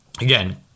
again